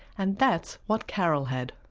and that's what carole had.